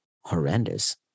horrendous